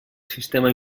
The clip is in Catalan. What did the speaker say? sistema